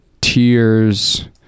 Tears